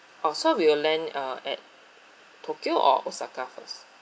oh so we will land uh at tokyo or osaka first